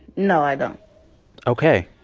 no, i don't ok.